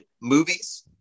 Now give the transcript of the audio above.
movies